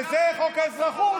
תודה רבה.